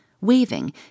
waving